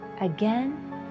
again